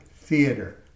theater